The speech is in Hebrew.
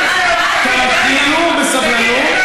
תמתינו בסבלנות.